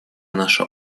наша